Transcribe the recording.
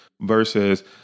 versus